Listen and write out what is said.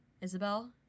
Isabel